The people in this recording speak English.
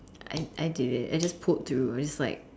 I I did it I just pulled through I just like